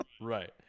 right